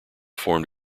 formed